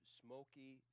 smoky